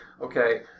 okay